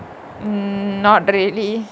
mm not really